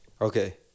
Okay